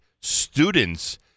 students